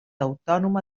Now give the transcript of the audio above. autònoma